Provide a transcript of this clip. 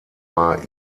war